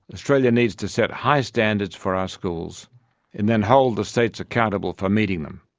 australia needs to set high standards for our schools and then hold the states accountable for meeting them.